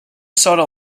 sought